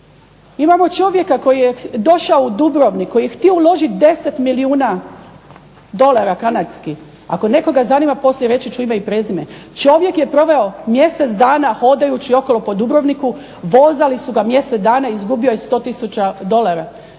Imamo čovjeka koji je došao u Dubrovnik koji je želio uložiti 10 milijuna dolara kanadskih, ako nekoga zanima poslije reći ću ime i prezime, čovjek je proveo mjesec dana hodajući dole po Dubrovniku, vozali su ga mjesec dana izgubio je 100 tisuća dolara